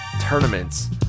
tournaments